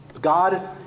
God